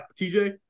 TJ